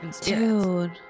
Dude